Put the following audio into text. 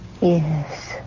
Yes